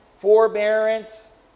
forbearance